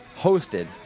Hosted